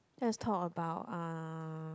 let's talk about uh